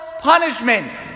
punishment